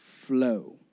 flow